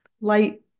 light